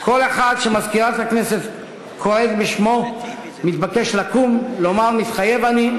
כל אחד שמזכירת הכנסת קוראת בשמו מתבקש לקום ולומר: "מתחייב אני",